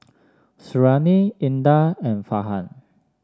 Suriani Indah and Farhan